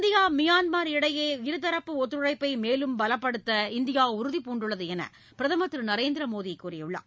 India Myanmar இடையேயான இருதரப்பு ஒத்துழைப்பை மேலும் பலப்படுத்த இந்தியா உறுதிபூண்டுள்ளது என பிரதமர் திரு நரேந்திர மோடி கூறியுள்ளார்